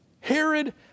Herod